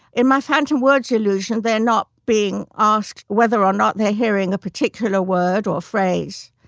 in my phantom words illusion they're not being asked whether or not they're hearing a particular word or a phrase.